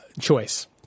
choice